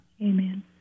Amen